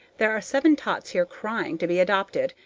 there are seven tots here crying to be adopted,